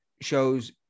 shows